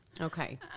Okay